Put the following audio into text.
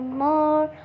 more